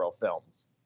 films